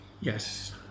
Yes